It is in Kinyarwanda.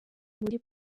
muri